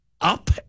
up